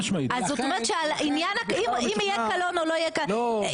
ולכן אם יהיה קלון או לא קלון,